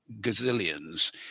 gazillions